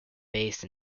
based